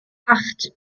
acht